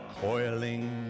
coiling